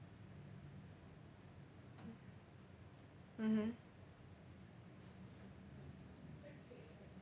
mmhmm